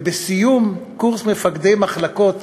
ובסיום קורס מפקדי מחלקות